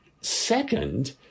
second